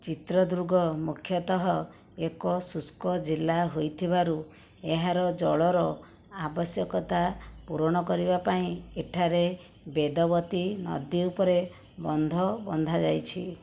ଚିତ୍ରଦୁର୍ଗ ମୁଖ୍ୟତଃ ଏକ ଶୁଷ୍କ ଜିଲ୍ଲା ହୋଇଥିବାରୁ ଏହାର ଜଳର ଆବଶ୍ୟକତା ପୂରଣ କରିବା ପାଇଁ ଏଠାରେ ବେଦବତୀ ନଦୀ ଉପରେ ବନ୍ଧ ବନ୍ଧାଯାଇଛି